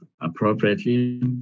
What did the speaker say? appropriately